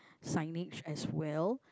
signage as well